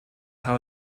how